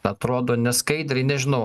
atrodo neskaidriai nežinau